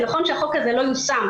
נכון שהחוק הזה לא יושם,